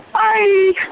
bye